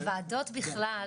בוועדות בכלל,